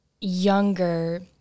younger –